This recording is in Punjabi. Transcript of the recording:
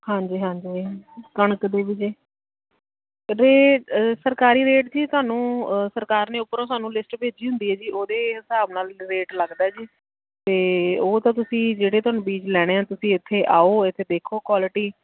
ਹਾਂਜੀ ਹਾਂਜੀ ਕਣਕ ਦੇ ਵੀਰੇ ਰੇਟ ਸਰਕਾਰੀ ਰੇਟ ਜੀ ਸਾਨੂੰ ਸਰਕਾਰ ਨੇ ਉੱਪਰੋਂ ਸਾਨੂੰ ਲਿਸਟ ਭੇਜੀ ਹੁੰਦੀ ਹੈ ਜੀ ਉਹਦੇ ਹਿਸਾਬ ਨਾਲ ਰੇਟ ਲੱਗਦਾ ਜੀ ਅਤੇ ਉਹ ਤਾਂ ਤੁਸੀਂ ਜਿਹੜੇ ਤੁਹਾਨੂੰ ਬੀਜ ਲੈਣੇ ਆ ਤੁਸੀਂ ਇੱਥੇ ਆਓ ਇੱਥੇ ਦੇਖੋ ਕੁਆਲਿਟੀ